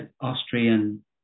Austrian